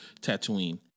Tatooine